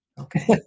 Okay